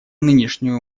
нынешнюю